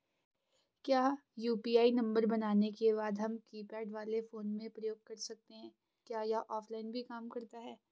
क्या UPI number बनाने के बाद हम कीपैड वाले फोन में प्रयोग कर सकते हैं क्या यह ऑफ़लाइन भी काम करता है?